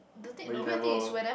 but you never